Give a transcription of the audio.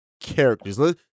characters